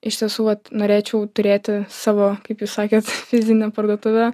iš tiesų vat norėčiau turėti savo kaip jūs sakėt fizinę parduotuvę